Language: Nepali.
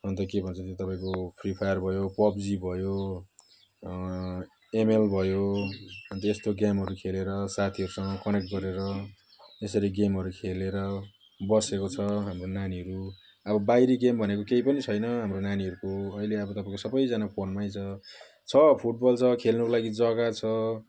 अन्त के भन्छ त्यो तपाईँको फ्री फायर भयो पब्जी भयो एमल भयो अन्त यस्तो गेमहरू खेलेर साथीहरूसित कनेक्ट गरेर यसरी गेमहरू खेलेर बसेको छ हाम्रो नानीहरू अब बाहिरी गेम भनेको केही पनि छैन हाम्रो नानीहरूको अहिले अब तपाईँको सबैजना फोनमै छ छ फुटबल छ खेल्नुको लागि जग्गा छ